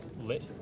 lit